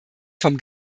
vom